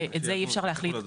ואת זה אי אפשר להחליט,